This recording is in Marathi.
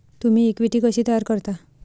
तुम्ही इक्विटी कशी तयार करता?